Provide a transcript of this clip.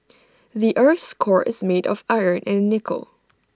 the Earth's core is made of iron and nickel